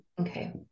Okay